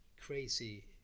crazy